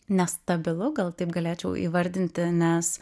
nestabilu gal taip galėčiau įvardinti nes